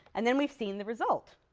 and then we've seen the result.